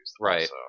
Right